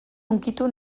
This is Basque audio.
hunkitu